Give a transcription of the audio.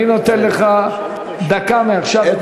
אני נותן לך דקה מעכשיו.